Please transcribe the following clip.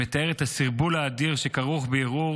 שמתאר את הסרבול האדיר שכרוך בערעור